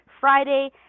Friday